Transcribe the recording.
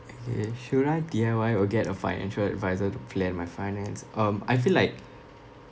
okay should I D_I_Y or get a financial adviser to plan my finance um I feel like